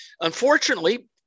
unfortunately